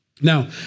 Now